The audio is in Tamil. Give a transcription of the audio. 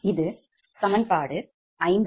இது சமன்பாடு 54